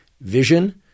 vision